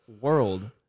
world